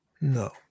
No